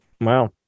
Wow